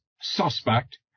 suspect